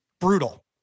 brutal